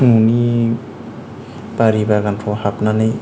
न'नि बारि बागानफोराव हाबनानै